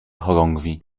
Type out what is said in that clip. chorągwi